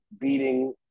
beating